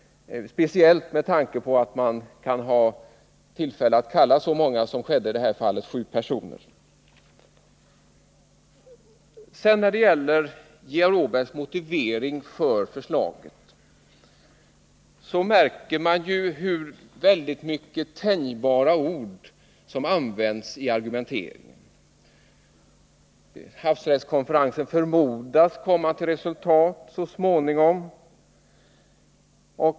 När det gäller Georg Åbergs motivering för förslaget, märker man hur många tänjbara ord han använder i argumenteringen: Havsrättskonferensen förmodas komma till resultat så småningom .